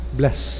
bless